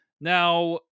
Now